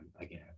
again